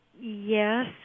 yes